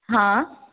हँ